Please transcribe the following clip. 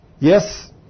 Yes